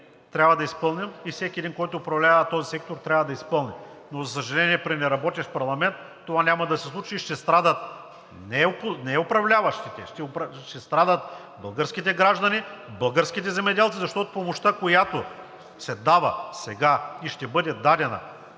трябва да изпълним, и всеки един, който управлява този сектор, трябва да изпълни. Но за съжаление, при неработещ парламент това няма да се случи и ще страдат не управляващите, ще страдат българските граждани, българските земеделци, защото помощта, която се дава сега и ще бъде дадена